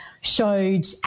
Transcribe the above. showed